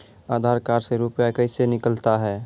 आधार कार्ड से रुपये कैसे निकलता हैं?